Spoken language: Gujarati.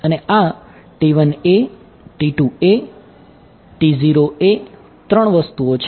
અને આ 3 વસ્તુઓ છે